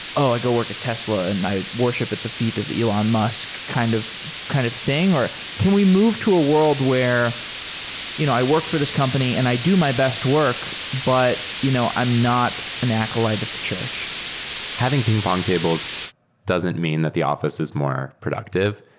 oh! i'll go work at tesla and i worship at the feet of elon musk, kind of kind of thing, or can we move to a world where you know i work for this company and i do my best work, but you know i'm not an acolyte at the church having ping-pong tables doesn't mean that the offi ce is more productive,